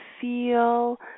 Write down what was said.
feel